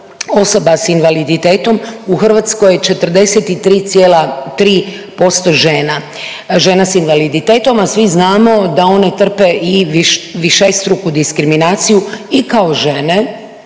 osoba s invaliditetom u Hrvatskoj 43,3% žena, žena s invaliditetom, a svi znamo da one trpe i višestruku diskriminaciju i kao žene